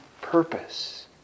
purpose